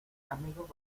amigos